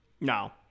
No